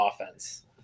offense